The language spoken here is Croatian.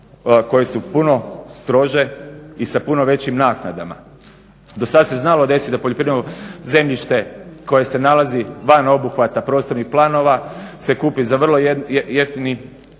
koje su puno strože i sa puno većim naknadama. Do sad se znalo desiti da poljoprivredno zemljište koje se nalazi van obuhvata prostornih planova se kupi za vrlo jeftini, jeftine